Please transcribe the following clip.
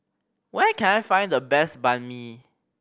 where can I find the best Banh Mi